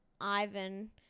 Ivan